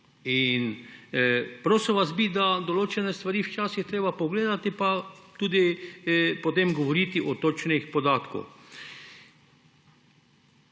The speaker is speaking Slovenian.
Prosil vas bi, določene stvari je včasih treba pogledati pa tudi potem govoriti točne podatke.